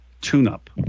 tune-up